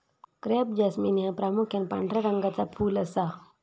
crape jasmine ह्या प्रामुख्यान पांढऱ्या रंगाचा फुल असा